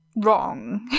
Wrong